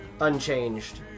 unchanged